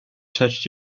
touched